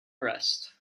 arrest